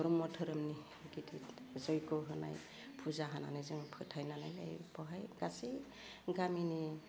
ब्रह्म धोरोमनि गिदिद जय्ग' होनाय फुजा होनानै जों फोथायनानै बहाय गासै गामिनि